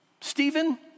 Stephen